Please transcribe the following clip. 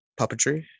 puppetry